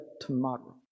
tomorrow